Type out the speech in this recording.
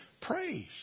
Praise